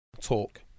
Talk